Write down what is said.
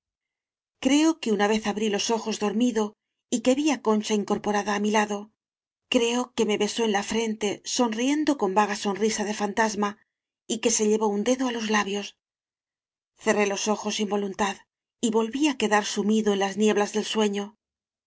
creo que una vez abrí los ojos dormido y que vi á concha incorporada á mi lado creo que me besó en la frente sonriendo con vaga sonrisa de fantasma y que se llevó un dedo á los labios cerré los ojos sin voluntad y volví á quedar sumido en las nieblas del sueño